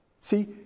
See